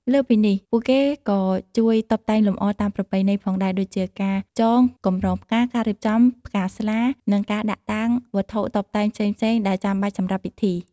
លើសពីនេះ ពួកគេក៏ជួយ តុបតែងលម្អតាមប្រពៃណី ផងដែរ ដូចជាការចង កម្រងផ្កា ការរៀបចំ ផ្កាស្លា និងការដាក់តាំង វត្ថុតុបតែងផ្សេងៗ ដែលចាំបាច់សម្រាប់ពិធី។